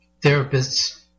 Therapists